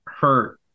hurt